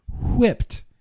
Whipped